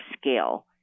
scale